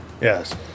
Yes